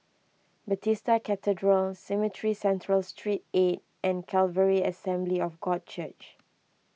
Bethesda Cathedral Cemetry Central Street eight and Calvary Assembly of God Church